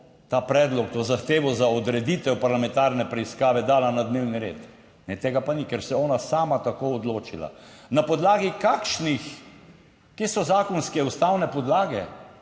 ta predlog, to zahtevo za odreditev parlamentarne preiskave dala na dnevni red. Ne, tega pa ni, ker se je ona sama tako odločila. Na podlagi kakšnih, kje so zakonske ustavne podlage?